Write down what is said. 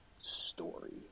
story